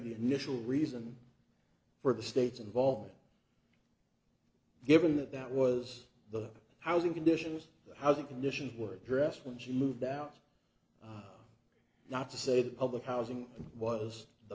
the initial reason for the state's involved given that that was the housing conditions the housing conditions were addressed when she moved out not to say that public housing was the